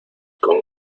con